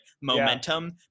momentum